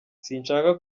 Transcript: sinshaka